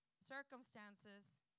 circumstances